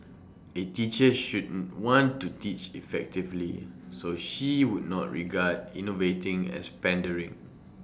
A teacher should want to teach effectively so she would not regard innovating as pandering